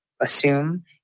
assume